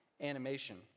animation